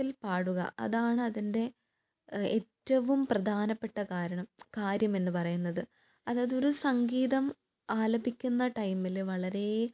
പാടുക അതാണ് അതിൻ്റെ ഏറ്റവും പ്രധാനപ്പെട്ട കാരണം കാര്യമെന്ന് പറയുന്നത് അതായത് ഒരു സംഗീതം ആലപിക്കുന്ന ടൈമിൽ വളരെ